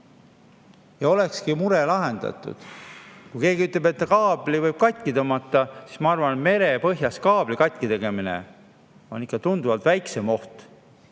ja olekski mure lahendatud. Kui keegi ütleb, et kaabli võib katki tõmmata, siis ma arvan, et merepõhjas kaabli katki tegemine on tunduvalt väiksem oht